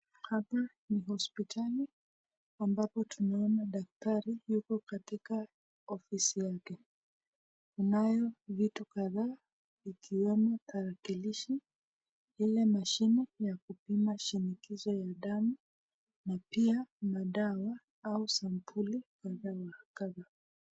Hapa ni hospitali ambapo tunaona daktari yuko katika ofisi yake na vitu kadhaa ikiwemo tarakilishi ile mashini ya kupima shinikizo ya damu na pia madawa ama sampuli kwa hii maktaba.